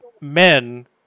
men